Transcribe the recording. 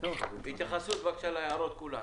התייחסות בבקשה להערות כולן.